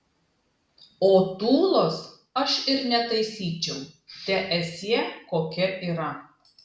o tūlos aš ir netaisyčiau teesie kokia yra